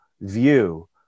view